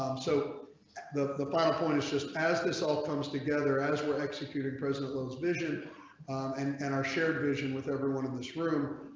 so the the final point is just as this all comes together as well executed president lives vision and and our shared vision with everyone of the screw.